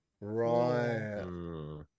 Right